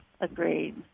agreed